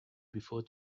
before